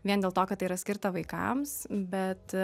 vien dėl to kad tai yra skirta vaikams bet